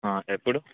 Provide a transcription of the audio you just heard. ఎప్పుడు